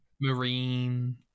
marine